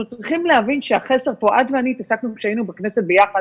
אנחנו צריכים להבין שהחסר פה את ואני כשהיינו בכנסת ביחד